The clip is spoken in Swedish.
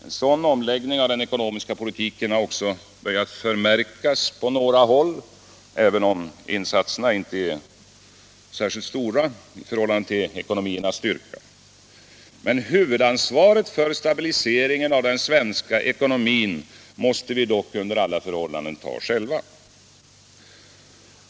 En sådan omläggning av den ekonomiska politiken har också börjat förmärkas på några håll, även om insatserna inte är särskilt stora i förhållande till den ekonomiska styrkan. Men huvudansvaret för stabiliseringen av den svenska ekonomin måste vi dock under alla förhållanden ta själva.